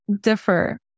differ